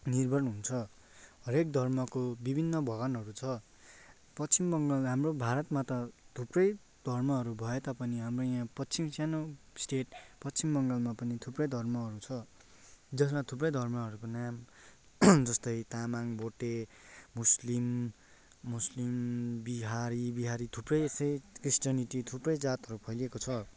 निर्भर हुन्छ हरेक धर्मको विभिन्न भगवान्हरू छ पश्चिम बङ्गाल हाम्रो भारतमा त थुप्रै धर्महरू भए तापनि हाम्रो यहाँ पश्चिम सानो स्टेट पश्चिम बङ्गालमा पनि थुप्रै धर्महरू छ जसमा थुप्रै धर्महरूको नाम जस्तै तामाङ भोटे मुस्लिम मुस्लिम बिहारी बिहारी थुप्रै यस्तै क्रिस्टनिटी थुप्रै जातहरू फैलिएको छ